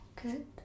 good